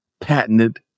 patented